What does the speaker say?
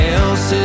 else